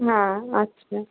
হ্যাঁ আচ্ছা